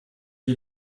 die